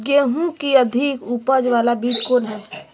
गेंहू की अधिक उपज बाला बीज कौन हैं?